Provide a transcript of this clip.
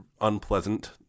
unpleasant